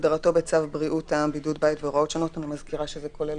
כהגדרתו בצו בריאות העם (בידוד בית והוראות שונות) (הוראת שעה),